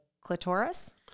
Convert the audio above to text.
clitoris